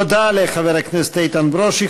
תודה לחבר הכנסת איתן ברושי.